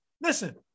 Listen